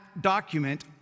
document